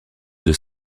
deux